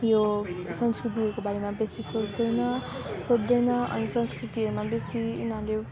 यो संंस्कृतिहरको बारेमा बेसी सोच्दैन सोद्धैन अनि संस्कृतिहरूमा बेसी उनीहरूले